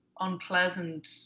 unpleasant